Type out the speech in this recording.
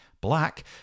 black